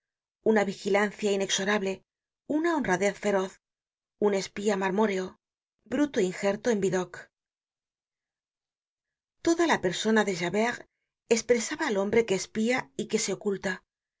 una vigilancia inexorable una honradez feroz un espía marmóreo bruto injerto en yidocq content from google book search generated at toda la persona de javert espresaba al hombre que espía y que se oculta